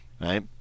Right